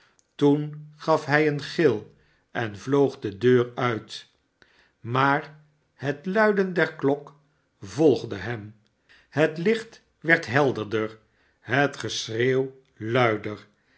toen gaf hij een gil en vloog de deur uit maar het luiden der klok volgde hem het licht werd helderder net geschreeuw luider